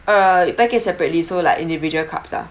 uh package separately so like individual cups ah